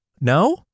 No